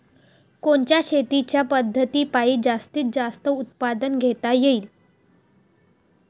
कोनच्या शेतीच्या पद्धतीपायी जास्तीत जास्त उत्पादन घेता येईल?